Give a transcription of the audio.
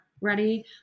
ready